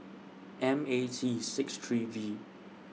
M A T six three V